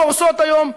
קורסות כיום.